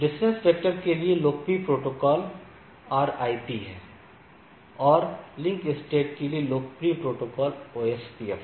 distance vector के लिए लोकप्रिय प्रोटोकॉल RIP है और लिंक स्टेट के लिए लोकप्रिय प्रोटोकॉल OSPF है